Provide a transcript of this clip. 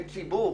הם ציבור,